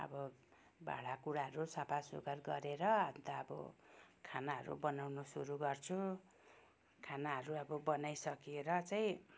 अब भाँडा कुडाहरू सफा सुग्घर गरेर अन्त अब खानाहरू बनाउन सुरु गर्छु खानाहरू अब बनाइसकेर चाहिँ